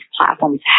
platforms